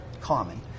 common